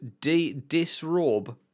disrobe